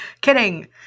Kidding